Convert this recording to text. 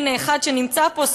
הנה אחד שנמצא פה,